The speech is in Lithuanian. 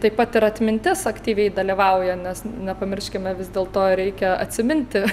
taip pat ir atmintis aktyviai dalyvauja nes nepamirškime vis dėl to reikia atsiminti